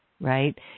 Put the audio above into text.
right